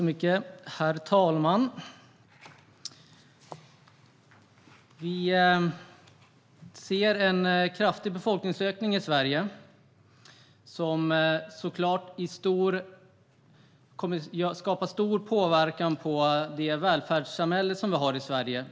Herr talman! Vi ser en kraftig befolkningsökning i Sverige som såklart skapar stor påverkan på det välfärdssamhälle som vi har i Sverige.